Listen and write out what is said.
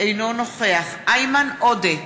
אינו נוכח איימן עודה,